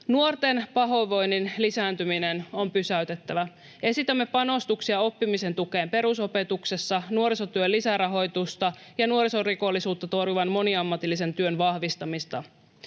Nuorten pahoinvoinnin lisääntyminen on pysäytettävä. Esitämme panostuksia oppimisen tukeen perusopetuksessa, nuorisotyön lisärahoitusta ja nuorisorikollisuutta torjuvan moniammatillisen työn vahvistamista.